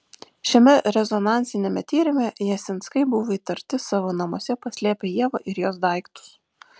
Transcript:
šiame rezonansiniame tyrime jasinskai buvo įtarti savo namuose paslėpę ievą ir jos daiktus